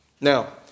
Now